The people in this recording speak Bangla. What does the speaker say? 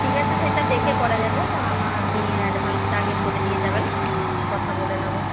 ঠিক আছে সেটা দেখে করা যাবে আপনি অ্যাডভান্সটা আগে করে দিয়ে যাবেন কথা বলে নেব